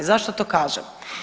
Zašto to kažem?